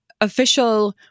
official